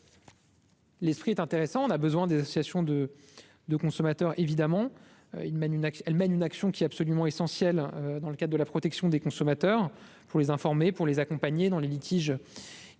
Les frites intéressant, on a besoin des associations de de consommateurs évidemment il mène une action, elle mène une action qui absolument essentiel dans le cas de la protection des consommateurs pour les informer, pour les accompagner dans les litiges qui